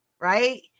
right